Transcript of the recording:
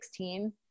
2016